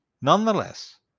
Nonetheless